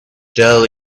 tell